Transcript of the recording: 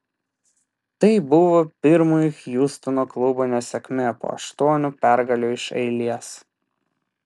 tai buvo pirmoji hjustono klubo nesėkmė po aštuonių pergalių iš eilės